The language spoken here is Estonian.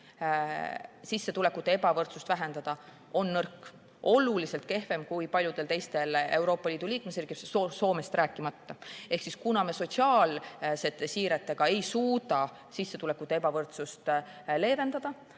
sissetulekute ebavõrdsust vähendada on nõrk, see on oluliselt kehvem kui paljudel teistel Euroopa Liidu liikmesriikidel, Soomest rääkimata. Ehk kuna me sotsiaalsiiretega ei suuda sissetulekute ebavõrdsust leevendada,